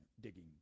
digging